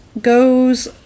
goes